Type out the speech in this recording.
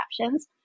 captions